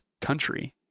country